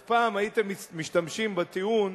אז פעם הייתם משתמשים בטיעון,